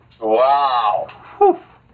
Wow